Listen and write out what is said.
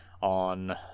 on